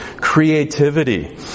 creativity